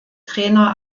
trainer